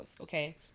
okay